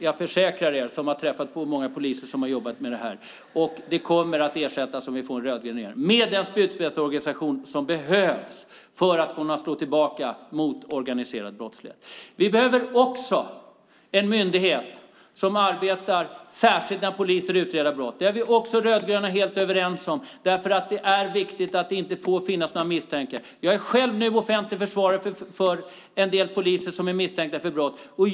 Jag kan försäkra er som har träffat på många poliser som har jobbat med detta att det kommer att ersättas, om vi får en rödgrön regering, med den spjutspetsorganisation som behövs för att kunna slå tillbaka mot organiserad brottslighet. Vi behöver också en myndighet som arbetar särskilt med att utreda brott bland poliser. Det är vi rödgröna helt överens om, därför att det är viktigt att det inte får finnas några misstankar. Jag är själv nu offentlig försvarare för en del poliser som är misstänkta för brott.